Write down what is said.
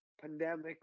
pandemic